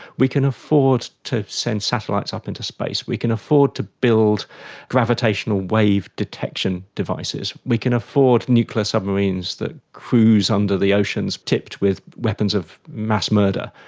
we can afford to send satellites up into space, we can afford to build gravitational wave detection devices, we can afford nuclear submarines that cruise under the oceans tipped with weapons of mass murder.